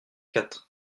quatre